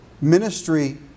Ministry